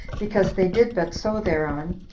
because they did but sow thereon,